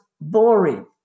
boring